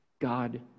God